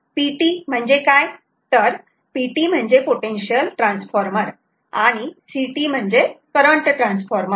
PT म्हणजे काय तर PT म्हणजे पोटेन्शियल ट्रान्सफॉर्मर आणि CT म्हणजे करंट ट्रान्सफॉर्मर